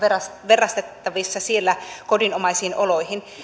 verrattavissa siellä kodinomaisiin oloihin